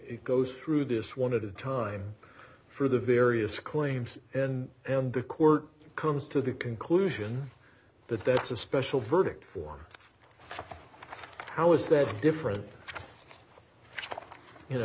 it goes through this one at a time for the various claims and the court comes to the conclusion that that's a special verdict form how is that different in a